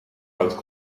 out